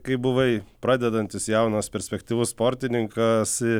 kai buvai pradedantis jaunas perspektyvus sportininkas